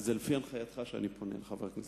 זה לפי הנחייתך שאני פונה לחבר הכנסת גנאים.